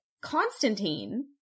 Constantine